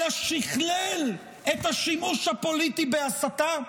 אלא שכלל את השימוש הפוליטי בהסתה?